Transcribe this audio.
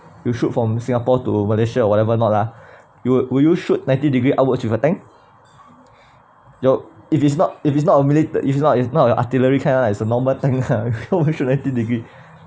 you shoot from singapore to malaysia or whatever not lah you will will you shoot ninety degree upwards with a tank your if it's not if it's not a milit~ if it's not it's not the artillery kind lah is a normal tank lah who would shoot ninety degree